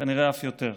כנראה אף יותר,